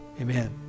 Amen